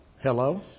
Hello